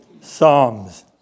Psalms